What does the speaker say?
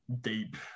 deep